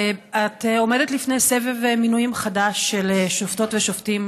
את עומדת לפני סבב מינויים חדש של שופטות ושופטים,